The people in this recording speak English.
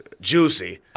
juicy